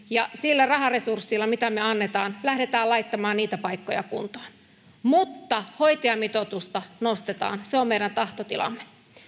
ja sillä raharesurssilla minkä me annamme lähdetään laittamaan niitä paikkoja kuntoon mutta hoitajamitoitusta nostetaan se on meidän tahtotilamme